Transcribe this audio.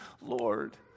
Lord